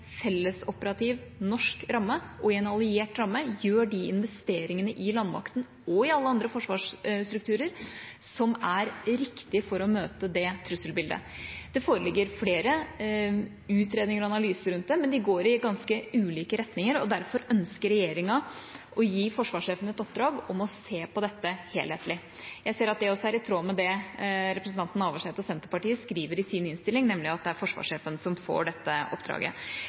fellesoperativ norsk ramme og i en alliert ramme gjør de investeringene i landmakten og i alle andre forsvarsstrukturer som er riktige for å møte det trusselbildet. Det foreligger flere utredninger og analyser rundt det, men de går i ganske ulike retninger, og derfor ønsker regjeringa å gi forsvarssjefen et oppdrag om å se på dette helhetlig. Jeg ser at det også er i tråd med det representanten Navarsete og Senterpartiet skriver i innstillinga, nemlig at det er forsvarssjefen som får dette oppdraget.